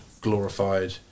glorified